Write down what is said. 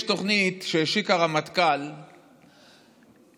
יש תוכנית שהשיק הרמטכ"ל הקודם,